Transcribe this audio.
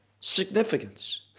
significance